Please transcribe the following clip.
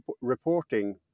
reporting